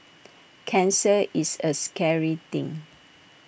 cancer is A scary thing